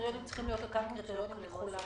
הקריטריונים צריכים להיות קריטריונים לכולם.